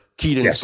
Keaton